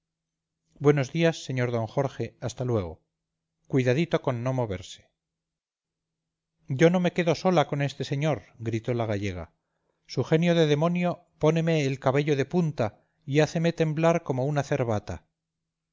buenos días señor don jorge hasta luego cuidadito con no moverse yo no me quedo sola con este señor gritó la gallega su genio de demonio póneme el cabello de punta y háceme temblar como una